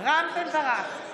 בן ברק,